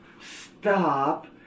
stop